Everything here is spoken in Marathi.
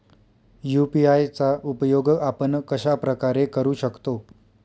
यू.पी.आय चा उपयोग आपण कशाप्रकारे करु शकतो?